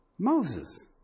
Moses